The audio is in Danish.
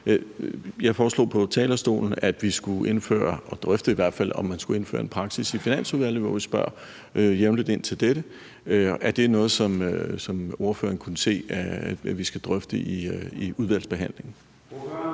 Jeg foreslog på talerstolen, at vi skulle drøfte, om man skulle indføre en praksis i Finansudvalget, hvor vi jævnligt spørger ind til dette. Er det noget, som ordføreren kan se for sig vi skal drøfte i udvalgsbehandlingen?